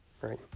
right